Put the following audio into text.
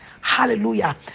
Hallelujah